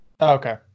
Okay